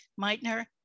Meitner